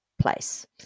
place